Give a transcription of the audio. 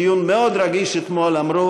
שאמרו